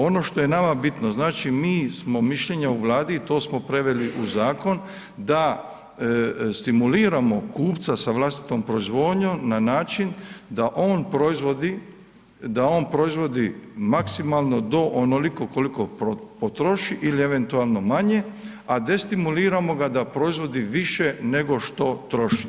Ono što je nama bitno, znači mi smo mišljenja u Vladi i to smo preveli u zakon da stimuliramo kupca sa vlastitom proizvodnjom na način da on proizvodi maksimalno do onoliko koliko potroši ili eventualno manje a destimuliramo ga da proizvodi više nego što troši.